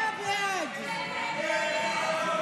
47 בעד, 58 נגד.